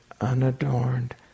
unadorned